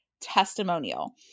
testimonial